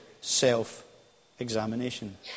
self-examination